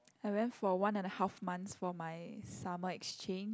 I went for one and a half months for my summer exchange